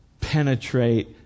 penetrate